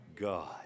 God